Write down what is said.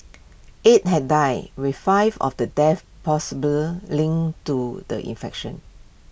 eight have died with five of the deaths possibly linked to the infection